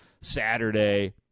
Saturday